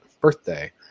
birthday